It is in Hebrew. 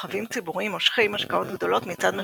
מרחבים ציבוריים מושכים השקעות גדולות מצד משקיעים,